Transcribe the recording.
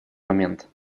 момент